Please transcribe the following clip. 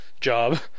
job